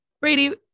Brady